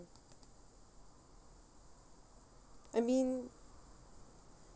I mean